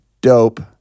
dope